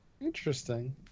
Interesting